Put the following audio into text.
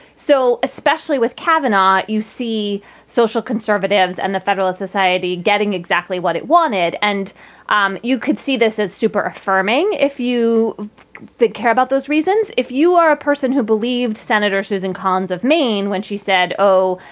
so especially with cabinet, you see social conservatives and the federalist society getting exactly what it wanted. and um you could see this as super affirming if you care about those reasons. if you are a person who believed senator susan collins of maine when she said, oh,